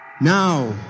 Now